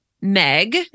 MEG